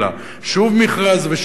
שוב מכרז, ושוב מחדש.